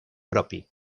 propi